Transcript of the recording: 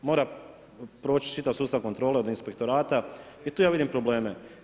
Mora proći čitav sustav kontrole od inspektorata ii tu ja vidim probleme.